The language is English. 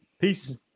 Peace